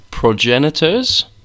progenitors